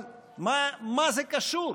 אבל מה זה קשור?